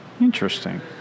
Interesting